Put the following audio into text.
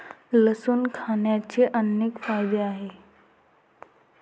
लसूण खाण्याचे अनेक फायदे आहेत